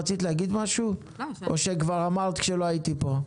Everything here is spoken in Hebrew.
רצית להגיד משהו או כשכבר אמרת שלא הייתי פה?